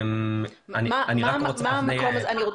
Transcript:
יש